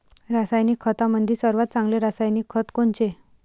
रासायनिक खतामंदी सर्वात चांगले रासायनिक खत कोनचे?